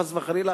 חס וחלילה,